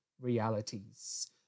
realities